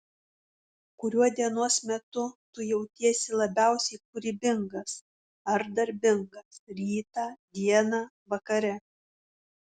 kuriuo dienos metu tu jautiesi labiausiai kūrybingas ar darbingas rytą dieną vakare